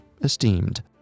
esteemed